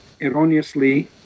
erroneously